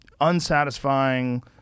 unsatisfying